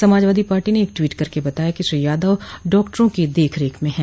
Samajwadi party ने एक tweet करके बताया कि श्री यादव डॉक्टरों की देखरेख में हैं